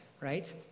right